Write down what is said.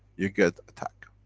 you get attack,